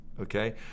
okay